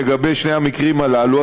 לגבי שני המקרים הללו.